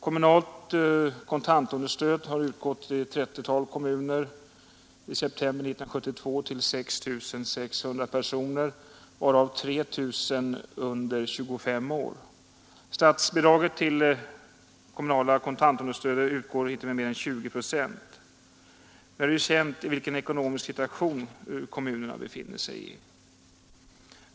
Kommunalt kontantunderstöd har utgått i ett 30-tal kommuner, i september 1972 till 6 600 personer, varav 3 000 under 25 år. Statsbidraget till det kommunala kontantunderstödet utgör inte mer än 20 procent. Och det är ju känt i vilken ekonomisk situation kommunerna befinner sig.